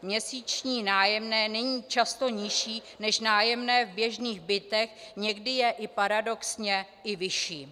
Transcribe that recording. Měsíční nájemné není často nižší než nájemné v běžných bytech, někdy je paradoxně i vyšší.